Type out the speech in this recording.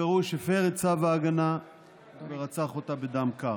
הגרוש הפר את צו ההגנה ורצח אותה בדם קר.